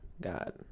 God